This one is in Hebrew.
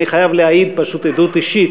ואני חייב להעיד, פשוט עדות אישית,